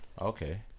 Okay